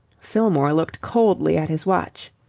fillmore looked coldly at his watch.